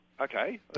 okay